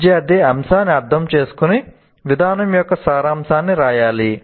విద్యార్థి అంశాన్ని అర్థం చేసుకున్న విధానం యొక్క సారాంశాన్ని వ్రాయాలి